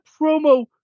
promo